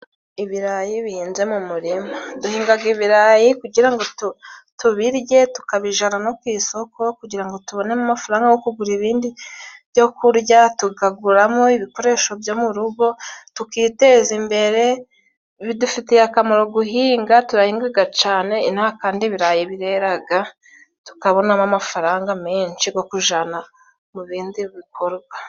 Ibirayi bihinze mu murima. Duhingaga ibirayi kugira ngo tubirye, tukabijana no ku isoko kugira ngo tubone amafaranga go kugura ibindi byo kurya. Tukaguramo ibikoresho byo mu rugo tukiteza imbere. Bidufitiye akamaro guhinga, turahingaga cane inaha kandi ibirayi bireraga tukabonamo amafaranga menshi go kujana mu bindi bikorwa.